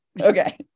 Okay